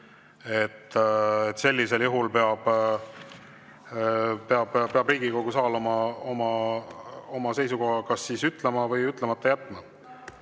Sellisel juhul peab Riigikogu saal oma seisukoha kas ütlema või ütlemata jätma.